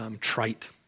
Trite